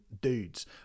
dudes